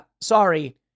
sorry